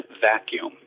vacuum